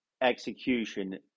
execution